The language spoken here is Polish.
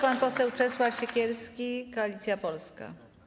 Pan poseł Czesław Siekierski, Koalicja Polska.